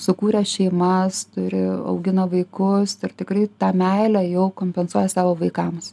sukūrė šeimas turi augina vaikus ir tikrai tą meilę jau kompensuoja savo vaikams